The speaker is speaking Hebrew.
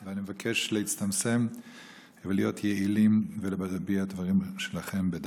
ואני מבקש להצטמצם ולהיות יעילים ולהביע דברים שלכם בדקה.